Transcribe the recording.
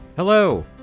Hello